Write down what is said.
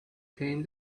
came